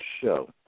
show